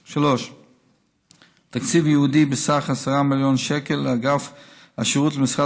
3. תקציב ייעודי בסך 10 מיליון שקל לאגף השירות במשרד